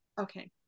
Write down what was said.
okay